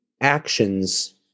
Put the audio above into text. actions